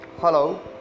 Hello